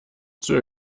zur